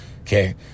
Okay